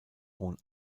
hohen